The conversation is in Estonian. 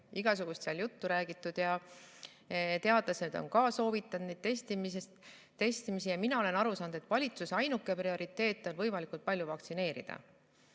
igasugust juttu räägitud. Ka teadlased on soovitanud testimist. Mina olen aru saanud, et valitsuse ainuke prioriteet on võimalikult palju vaktsineerida.